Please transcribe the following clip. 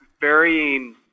Varying